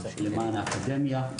למען האקדמיה,